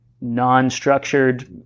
non-structured